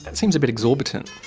and seems a bit exorbitant.